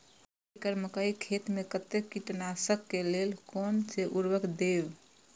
एक एकड़ मकई खेत में कते कीटनाशक के लेल कोन से उर्वरक देव?